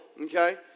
okay